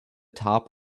top